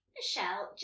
Michelle